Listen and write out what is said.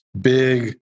big